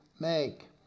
Make